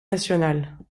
nationale